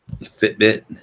Fitbit